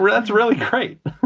that's really great.